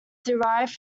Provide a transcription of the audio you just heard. derived